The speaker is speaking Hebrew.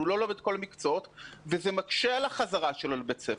הוא לא לומד את כל המקצועות וזה מקשה על החזרה שלו לבית הספר.